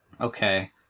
Okay